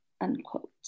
Unquote